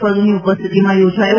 ફળદ્દની ઉપસ્થિતિમાં યોજાયો